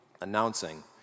announcing